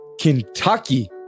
Kentucky